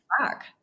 back